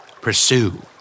Pursue